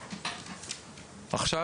עכשיו?